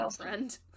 friend